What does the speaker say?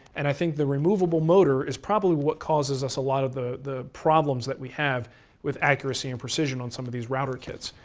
and i think the removable motor is probably what causes us a lot of the the problems that we have with accuracy and precision on some of these router kits.